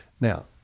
now